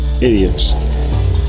Idiots